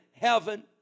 heaven